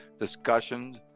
discussions